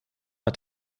hat